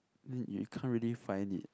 then you can't really find it